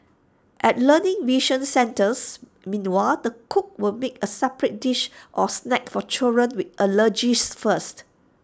at learning vision centres meanwhile the cook will make A separate dish or snack for children with allergies first